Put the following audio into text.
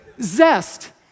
zest